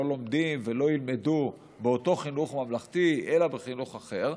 לומדים ולא ילמדו באותו חינוך ממלכתי אלא בחינוך אחר,